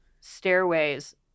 stairways